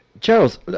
Charles